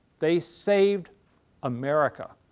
they saved america.